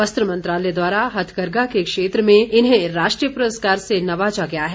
वस्त्र मंत्रालय द्वारा हथकरघा के क्षेत्र में इन्हें राष्ट्रीय प्रस्कार से नवाजा गया है